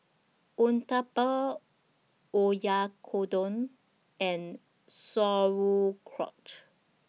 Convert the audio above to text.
Uthapam Oyakodon and Sauerkraut